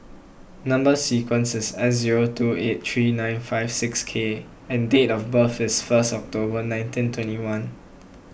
Number Sequence is S zero two eight three nine five six K and date of birth is first October nineteen twenty one